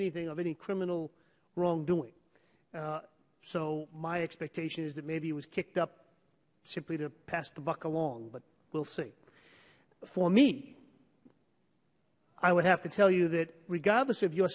anything of any criminal wrongdoing so my expectation is that maybe was kicked up simply to pass the buck along but we'll see for me i would have to tell you that regardless of your